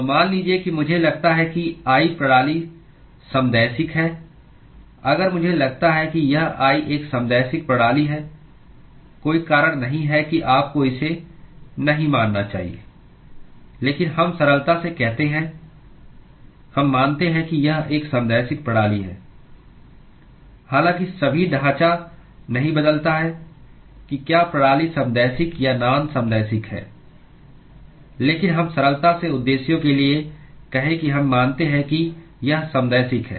तो मान लीजिए कि मुझे लगता है कि I प्रणाली समदैशिक है अगर मुझे लगता है कि यह I एक समदैशिक प्रणाली है कोई कारण नहीं है कि आपको इसे नहीं मानना चाहिए लेकिन हम सरलता से कहते हैं हम मानते हैं कि यह एक समदैशिक प्रणाली है हालांकि सभी ढांचा नहीं बदलता है कि क्या प्रणाली समदैशिक या नान समदैशिक है लेकिन हम सरलता से उद्देश्यों के लिए कहें कि हम मानते हैं कि यह समदैशिक है